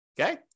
okay